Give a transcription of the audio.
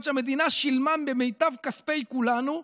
שבהן המדינה שילמה במיטב כספי כולנו,